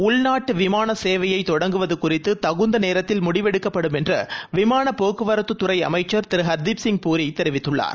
உள்நாட்டு விமான சேவையை தொடங்குவது குறித்து தகுந்த நேரத்தில் முடிவெடுக்கப்படும் என்று விமான போக்குவரத்துத்துறை அமைச்சா் திரு ஹர்தீப்சிங் புரி தெரிவித்துள்ளார்